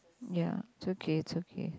ya it's okay it's okay